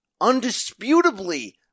undisputably